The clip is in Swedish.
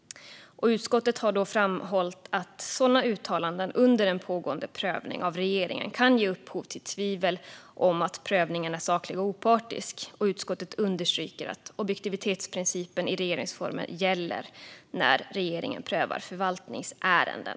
Utskottet har framhållit att sådana uttalanden under en pågående prövning av regeringen kan ge upphov till tvivel om att prövningen är saklig och opartisk. Utskottet understryker att objektivitetsprincipen i regeringsformen gäller när regeringen prövar förvaltningsärenden.